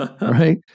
right